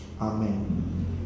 Amen